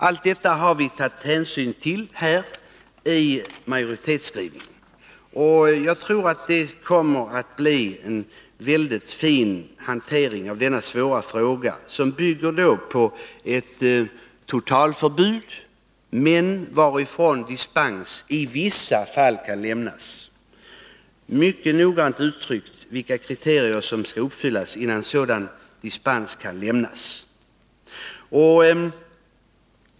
Allt detta har vi tagit hänsyn till i majoritetsskrivningen. Jag tror att det kommer att bli en väldigt fin hantering av denna svåra fråga. Utgångspunkten är ett totalförbud, varifrån dispens kan ges i vissa fall — mycket noggrant uttryckt: vissa kriterier skall uppfyllas innan dispens kan lämnas.